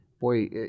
boy